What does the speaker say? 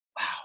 Wow